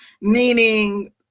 meaning